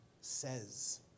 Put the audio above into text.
says